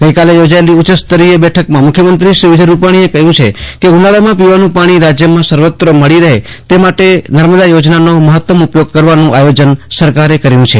આજે યોજાયેલી ઉચ્ચસ્તરીય બેઠકમાં મુખ્યમંત્રી વિજય રૂપાણીએ કહ્યું છે કે ઉનાળામાં પીવાનું પાણી રાજ્યમાં સર્વત્ર મળી રહે છે માટે નર્મદા યોજનાનો મહત્તમ ઉપયોગ કરવાનું આયોજન સરકારે કર્યું છે